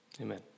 Amen